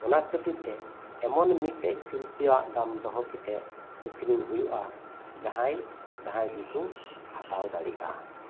ᱚᱱᱟ ᱠᱷᱟᱹᱛᱤᱨ ᱛᱮ ᱮᱢᱚᱱ ᱢᱤᱫᱴᱮᱡ ᱥᱤᱞᱯᱤᱣᱟᱜ ᱫᱟᱢ ᱫᱚᱦᱚ ᱠᱟᱛᱮᱫ ᱟᱠᱷᱨᱤᱧ ᱦᱩᱭᱩᱜᱼᱟ ᱡᱟᱦᱟᱸᱭ ᱡᱟᱦᱟᱸᱭ ᱜᱮᱠᱚ ᱦᱟᱛᱟᱣ ᱫᱟᱲᱮᱜᱼᱟ